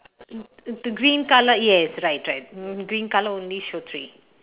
th~ th~ the green colour yes right right uh green colour only show three